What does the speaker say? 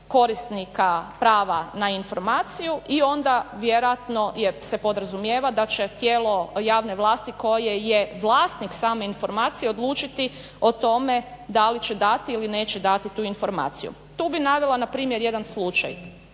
korisnika prava na informaciju i onda vjerojatno jer se podrazumijeva da će tijelo javne vlasti koje je vlasnik same informacije, odlučiti o tome da li će dati ili neće dati tu informaciju. Tu bih navela npr. jedan slučaj,